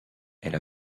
elle